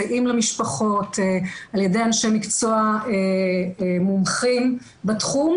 מסייעים למשפחות על ידי אנשי מקצוע מומחים בתחום,